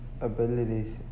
abilities